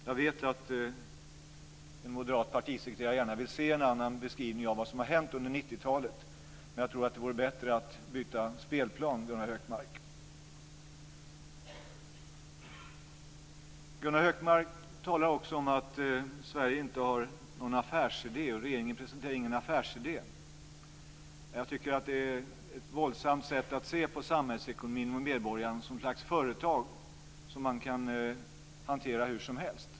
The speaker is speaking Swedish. Jag vet att den moderate partisekreteraren gärna vill se en annan beskrivning av vad som har hänt under 90-talet, men jag tror att det vore bättre att byta spelplan, Gunnar Hökmark. Gunnar Hökmark talar också om att regeringen inte presenterar någon affärsidé. Jag tycker att det är ett missledande sätt att se på samhällsekonomin med medborgaren som ett slags objekt som man kan hantera hur som helst.